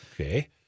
Okay